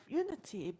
unity